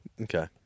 Okay